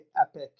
epic